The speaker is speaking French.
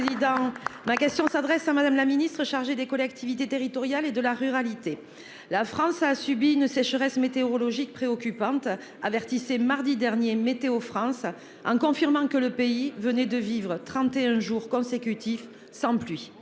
ma question s'adresse à Madame la Ministre chargé des collectivités territoriales et de la ruralité. La France a a subit une sécheresse météorologique préoccupante avertissait mardi dernier météo France en confirmant que le pays venait de vivres 31 jours consécutifs sans pluie.